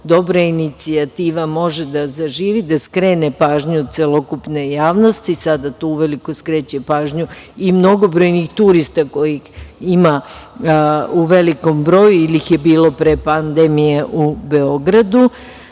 dobra inicijativa može da zaživi, da skrene pažnju celokupne javnosti i mnogobrojnih turista kojih ima u velikom broju, ili ih je bilo pre pandemije u Beogradu.